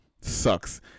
sucks